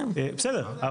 בסדר,